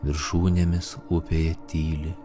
viršūnėmis upėje tyli